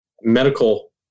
medical